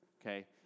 Okay